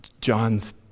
John's